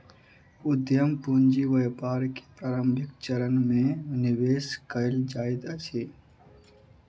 उद्यम पूंजी व्यापार के प्रारंभिक चरण में निवेश कयल जाइत अछि